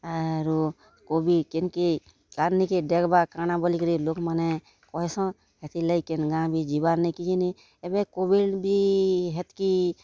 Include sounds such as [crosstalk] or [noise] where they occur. ଆରୁ କୋଭିଡ଼୍ କିନ୍ କି [unintelligible] ଦେଖ୍ବା କାଁଣା ବୋଲିକରି ଲୋକ୍ମାନେ କହିସନ୍ ହେଥିର ଲାଗି କିନ୍ ଗାଁ ବି ଯିବାର୍ ନାଇଁ କି କିନି ଏବେ କୋଭିଡ଼ ବି ହେତ୍ କି